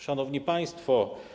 Szanowni Państwo!